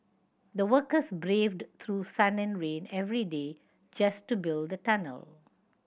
the workers braved through sun and rain every day just to build tunnel